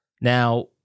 now